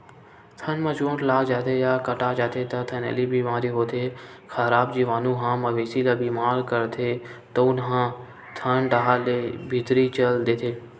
थन म चोट लाग जाथे या कटा जाथे त थनैल बेमारी होथे, खराब जीवानु ह मवेशी ल बेमार करथे तउन ह थन डाहर ले भीतरी चल देथे